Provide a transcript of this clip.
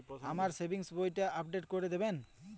আমার সেভিংস বইটা আপডেট করে দেবেন?